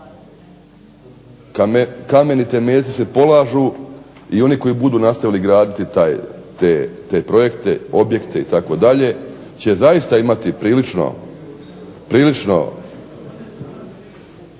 Kameni temeljci se polažu i oni koji budu nastavili graditi te projekte, objekte itd. će zaista imati prilično